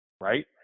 Right